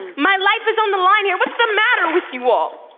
my life is on the line here. what's the matter with you all?